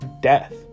death